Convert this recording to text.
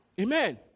Amen